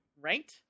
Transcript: Right